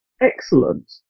excellent